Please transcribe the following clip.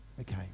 okay